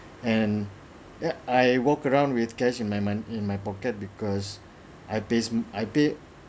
and then I walk around with cash in my mind in my pocket because I pays I pay